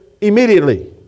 immediately